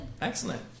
Excellent